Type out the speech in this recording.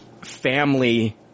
family